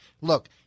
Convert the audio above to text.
look